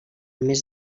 més